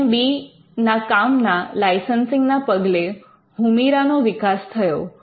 L M B ના કામના લાયસન્સીંગ ના પગલે હુમીરા નો વિકાસ થયો